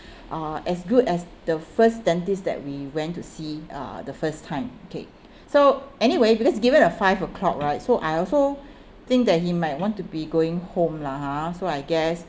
uh as good as the first dentist that we went to see uh the first time okay so anyway because given at five O clock right so I also think that he might want to be going home lah ha so I guess